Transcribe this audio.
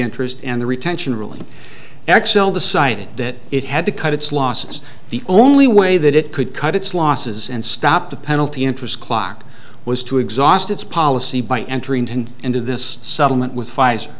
interest and the retention ruling xcel decided that it had to cut its losses the only way that it could cut its losses and stop the penalty interest clock was to exhaust its policy by entering into this settlement with pfizer